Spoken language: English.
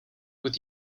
with